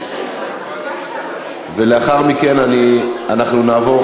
לאחר מכן אנחנו נעבור,